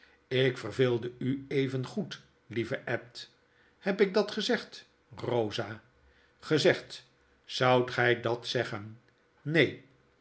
ik verveelde u evengoed lieve ed heb ik dat gezegd rosa gezegd zoudt gy dat zeggen neen